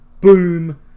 boom